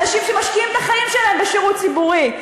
אנשים שמשקיעים את החיים שלהם בשירות ציבורי,